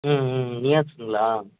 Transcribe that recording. ம் ம் நியாஸுங்களா